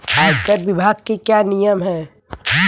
आयकर विभाग के क्या नियम हैं?